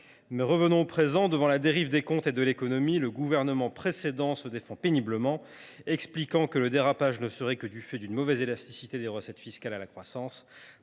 Mais revenons au présent. Devant la dérive des comptes et de l’économie, le gouvernement précédent se défend péniblement, expliquant que le dérapage ne serait dû qu’à une mauvaise élasticité des recettes fiscales à la croissance.